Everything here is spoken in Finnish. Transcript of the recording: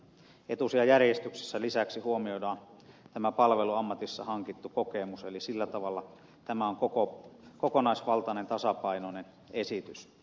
etusijajärjestyksessä lisäksi huomioidaan tämä palveluammatissa hankittu kokemus eli sillä tavalla tämä on kokonaisvaltainen tasapainoinen esitys